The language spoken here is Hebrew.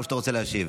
או שאתה רוצה להשיב?